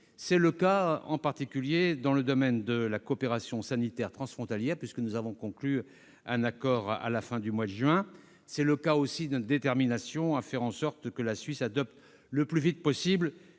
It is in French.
C'est le cas, en particulier, dans le domaine de la coopération sanitaire transfrontalière, puisque nous avons conclu un accord à la fin du mois de juin. C'est le cas, aussi, de notre détermination à faire en sorte que la Suisse adopte, le plus vite possible,